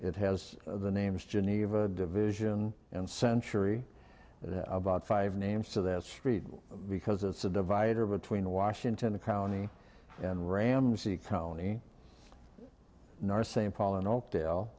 it has the names geneva division and century it had about five names to that street because it's a divider between washington county and ramsey county north st paul in oakdale